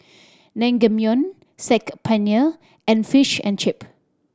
Naengmyeon Saag Paneer and Fish and Chip